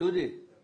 אין